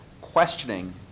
questioning